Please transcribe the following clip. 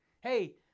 Hey